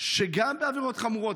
שגם בעבירות חמורות,